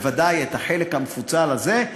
בוודאי את החלק המפוצל הזה,